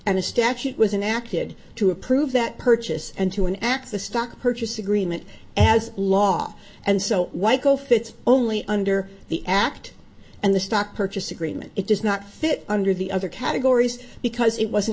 and a statute was enacted to approve that purchase and to an act the stock purchase agreement as law and so why go fits only under the act and the stock purchase agreement it does not fit under the other categories because it wasn't